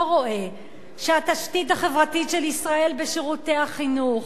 רואה: שהתשתית החברתית של ישראל בשירותי החינוך,